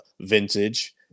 vintage